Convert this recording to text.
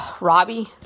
Robbie